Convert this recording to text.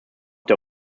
der